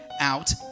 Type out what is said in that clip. out